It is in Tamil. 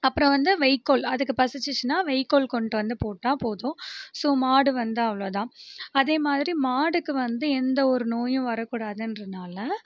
அப்புறம் வந்து வைக்கோல் அதுக்கு பசிச்சுச்சின்னா வைக்கோல் கொண்டு வந்து போட்டால் போதும் ஸோ மாடு வந்து அவ்வளோ தான் அதே மாதிரி மாடுக்கு வந்து எந்த ஒரு நோயும் வரக் கூடாதுன்றதினால